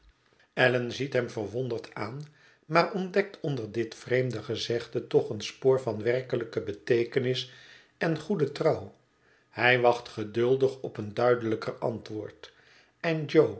allan ziet hem verwonderd aan maar ontdekt onder dit vreemde gezegde toch een spoor van werkelijke beteekenis en goede trouw hij wacht geduldig op een duidelijker antwoord en